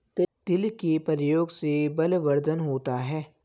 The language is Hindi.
तिल के प्रयोग से बलवर्धन होता है